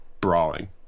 brawling